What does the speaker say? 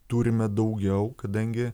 turime daugiau kadangi